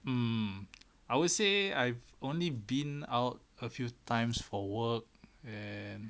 mm I would say I've only been out a few times for work and